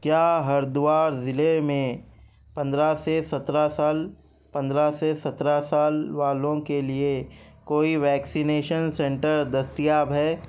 کیا ہردوار ضلعے میں پندرہ سے سترہ سال پندرہ سے سترہ سال والوں کے لیے کوئی ویکسینیشن سینٹر دستیاب ہے